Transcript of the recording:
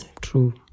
True